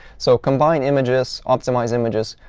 so combine images, optimize images.